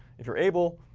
if you're able,